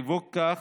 בעקבות זאת